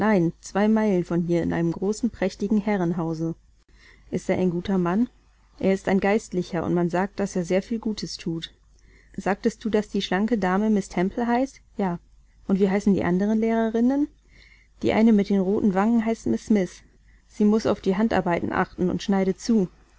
zwei meilen von hier in einem großen prächtigen herrenhause ist er ein guter mann er ist ein geistlicher und man sagt daß er sehr viel gutes thut sagtest du daß die schlanke dame miß temple heißt ja und wie heißen die anderen lehrerinnen die eine mit den roten wangen heißt miß smith sie muß auf die handarbeiten achten und schneidet zu